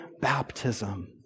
baptism